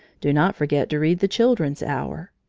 do not forget to read the children's hour.